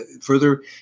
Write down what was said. further